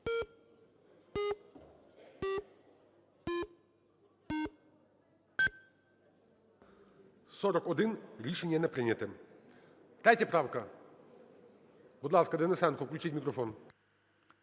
За-41 Рішення не прийнято. 3 правка. Будь ласка, Денисенко, включіть мікрофон.